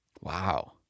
Wow